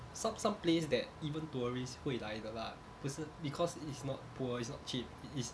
some some place that even tourist 会来的 lah 不是 because it is not poor it's not cheap it is